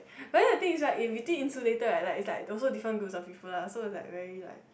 but then the thing is right is if you think insulated like is like is also different groups of people lah so is like very like